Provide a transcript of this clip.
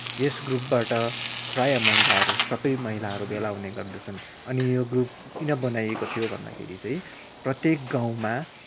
यस ग्रुपबाट प्राय महिलाहरू सबै महिलाहरू भेला हुने गर्दछन् अनि यो ग्रुप किन बनाइएको थियो भन्दाखेरि चाहिँ प्रत्येक गाउँमा